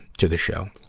to the show.